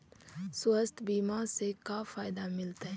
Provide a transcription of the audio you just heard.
स्वास्थ्य बीमा से का फायदा मिलतै?